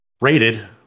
rated